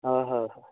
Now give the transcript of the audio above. ह ह